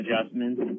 adjustments